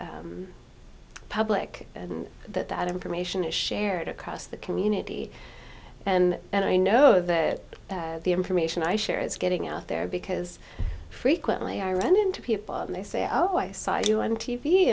public and that that information is shared across the community and and i know that the information i share is getting out there because frequently i run into people and they say oh i saw you on t